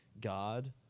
god